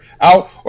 out